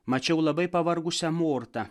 mačiau labai pavargusią mortą